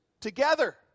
together